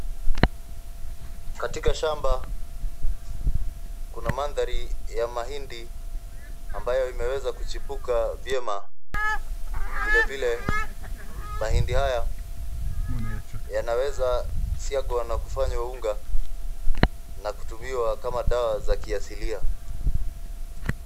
Katika shamba kuna mandhari ya mahindi ambayo imeweza kuchipuka vyema. Vilevile mahindi haya yanaweza siagwa na kufanywa unga na kutumiwa kama dawa za kiasilia.